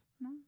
No